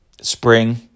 spring